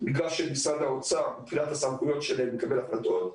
של משרד האוצר מבחינת הסמכויות שלהם לקבל החלטות.